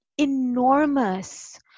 enormous